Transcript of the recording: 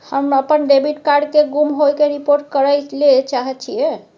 हम अपन debit card के गुम होय के रिपोर्ट करय ले चाहय छियै